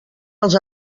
els